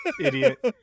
idiot